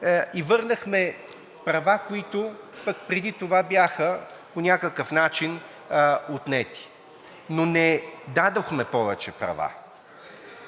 а върнахме права, които пък преди това бяха, по някакъв начин бяха отнети, но не дадохме повече права.